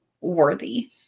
worthy